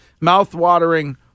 mouthwatering